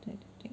对对